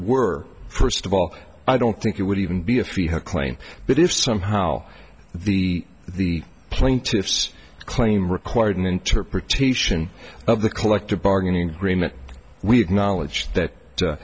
were first of all i don't think it would even be a free her claim but if somehow the the plaintiff's claim required an interpretation of the collective bargaining agreement we acknowledge that